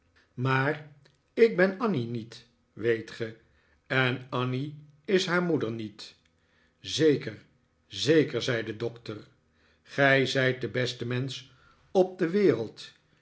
maar ik ben annie niet weet ge en annie is haar moeder niet zeker zeker zei de doctor gij zijt de beste mensch op de wereld